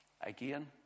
again